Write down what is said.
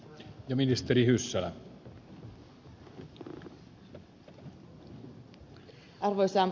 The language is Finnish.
arvoisa herra puhemies